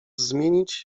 zmienić